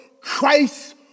Christ